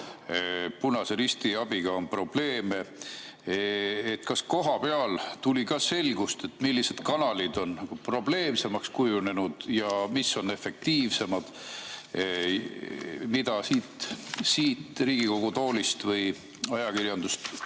Punase Risti abiga on probleeme. Kas kohapeal saite selgust, millised kanalid on probleemsemaks kujunenud ja mis on efektiivsemad? Seda siit Riigikogu toolist või ajakirjandust